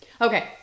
okay